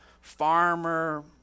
Farmer